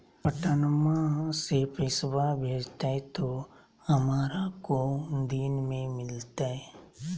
पटनमा से पैसबा भेजते तो हमारा को दिन मे मिलते?